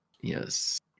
Yes